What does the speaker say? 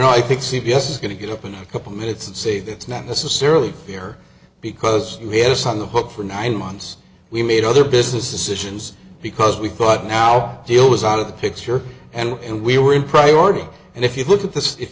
know i think c b s is going to get up in a couple of minutes and say that's not necessarily fair because we had this on the hook for nine months we made other business decisions because we thought now deal was out of the picture and we were in priority and if you look at this if